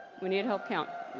we need help counting.